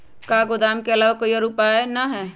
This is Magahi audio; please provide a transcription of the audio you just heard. का गोदाम के आलावा कोई और उपाय न ह?